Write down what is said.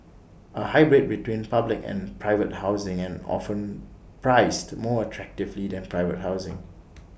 A hybrid between public and private housing and often priced more attractively than private housing